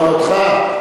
אבל אותך,